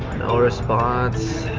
no response.